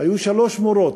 היו שלוש מורות,